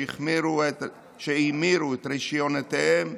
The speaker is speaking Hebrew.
שהמירו את רישיונותיהם,